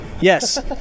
Yes